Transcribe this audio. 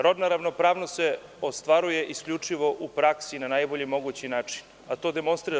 Rodna ravnopravnost se ostvaruje isključivo u praksi na najbolji mogući način, a to demonstrira SNS.